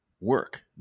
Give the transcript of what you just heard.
work